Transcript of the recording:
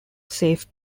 safe